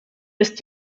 jest